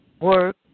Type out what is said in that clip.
work